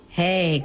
hey